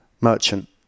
merchant